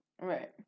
Right